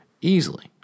easily